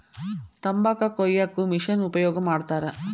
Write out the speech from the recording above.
ತಂಬಾಕ ಕೊಯ್ಯಾಕು ಮಿಶೆನ್ ಉಪಯೋಗ ಮಾಡತಾರ